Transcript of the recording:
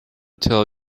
tell